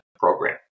Program